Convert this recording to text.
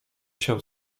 się